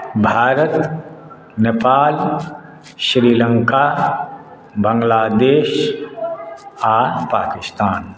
भारत नेपाल श्रीलङ्का बाङ्गलादेश आ पाकिस्तान